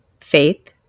faith